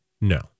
No